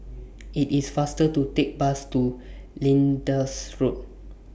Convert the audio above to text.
IT IS faster to Take The Bus to Linda's Road